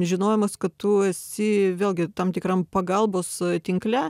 žinojimas kad tu esi vėlgi tam tikram pagalbos tinkle